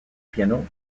piano